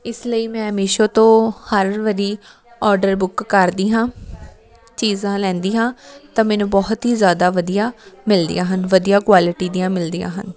ਇਸ ਲਈ ਮੈਂ ਮੀਸ਼ੋ ਤੋਂ ਹਰ ਵਾਰੀ ਔਡਰ ਬੁੱਕ ਕਰਦੀ ਹਾਂ ਚੀਜ਼ਾਂ ਲੈਂਦੀ ਹਾਂ ਤਾਂ ਮੈਨੂੰ ਬਹੁਤ ਹੀ ਜ਼ਿਆਦਾ ਵਧੀਆ ਮਿਲਦੀਆਂ ਹਨ ਵਧੀਆ ਕੁਆਲਿਟੀ ਦੀਆਂ ਮਿਲਦੀਆਂ ਹਨ